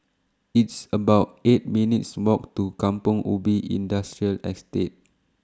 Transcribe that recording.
It's about eight minutes' Walk to Kampong Ubi Industrial Estate